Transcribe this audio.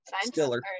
stiller